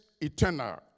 eternal